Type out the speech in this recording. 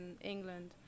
England